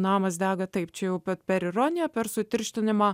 namas dega taip čia upę per ironiją per sutirštinimą